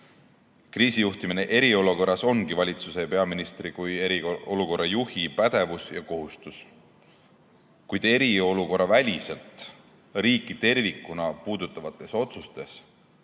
Kriisijuhtimine eriolukorras ongi valitsuse ja peaministri kui eriolukorra juhi pädevus ja kohustus. Kuid eriolukorraväliselt riiki tervikuna puudutavates otsustes